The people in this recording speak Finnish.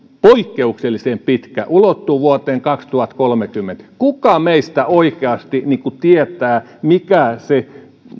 poikkeuksellisen pitkä se ulottuu vuoteen kaksituhattakolmekymmentä kuka meistä oikeasti tietää mikä on se